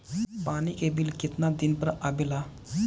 पानी के बिल केतना दिन पर आबे ला?